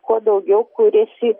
kuo daugiau kuriasi